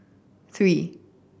three